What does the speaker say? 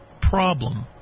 problem